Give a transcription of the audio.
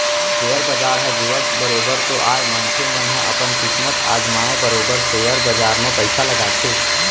share बजार ह जुआ बरोबर तो आय मनखे मन ह अपन किस्मत अजमाय बरोबर सेयर बजार म पइसा लगाथे